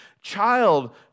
child